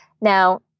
Now